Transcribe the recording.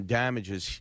damages